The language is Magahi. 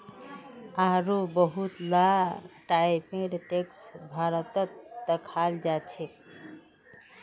आढ़ो बहुत ला टाइपेर टैक्स भारतत दखाल जाछेक